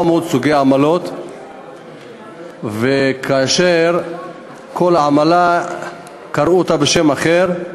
סוגי עמלות וכאשר לכל עמלה קראו בשם אחר.